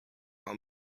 how